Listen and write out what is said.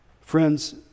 Friends